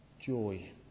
Joy